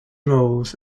roles